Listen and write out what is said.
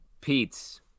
Pete's